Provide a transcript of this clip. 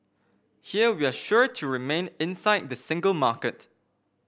here we're sure to remain inside the single market